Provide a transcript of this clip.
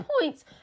points